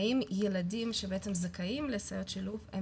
האם ילדים שבעצם זכאים לסייעות שילוב הם